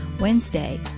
Wednesday